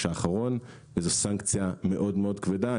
האחרון וזאת סנקציה מאוד מאוד כבדה.